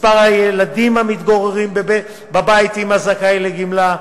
מספר הילדים המתגוררים בבית עם הזכאי לגמלה,